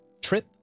trip